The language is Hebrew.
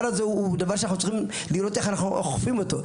אנחנו צריכים לראות איך אנחנו אוכפים את הדבר הזה,